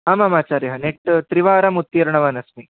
आमामाचार्याः NET त्रिवारमुत्तीर्णवानस्मि